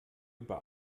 über